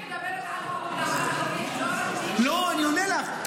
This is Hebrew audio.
אני מדברת על --- לא, אני עונה לך.